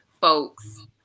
folks